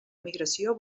migració